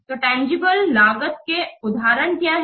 तो तंजीबले लागत के उदाहरण क्या हैं